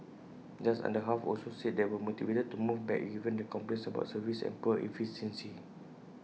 just under half also said they were motivated to move back given the complaints about service and poor efficiency